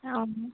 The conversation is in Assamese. অঁ